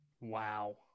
Wow